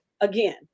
again